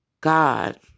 God